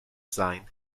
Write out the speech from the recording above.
sign